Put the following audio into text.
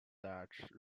dutch